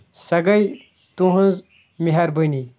سۄ گٔیے تُہنٛز مہربٲنی